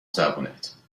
زبونت